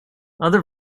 other